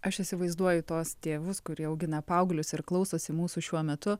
aš įsivaizduoju tuos tėvus kurie augina paauglius ir klausosi mūsų šiuo metu